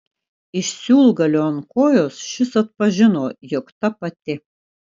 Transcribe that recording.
iš siūlgalio ant kojos šis atpažino jog ta pati